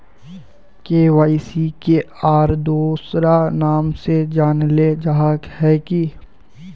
KYC के आर दोसरा नाम से जानले जाहा है की?